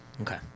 Okay